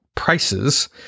Prices